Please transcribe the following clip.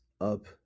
up